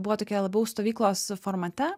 buvo tokie labiau stovyklos formate